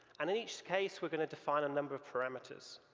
and in each case we're going to define a number of parameters.